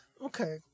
Okay